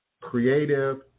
creative